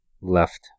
left